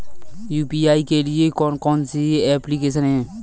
UPI के लिए कौन कौन सी एप्लिकेशन हैं?